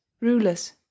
rulers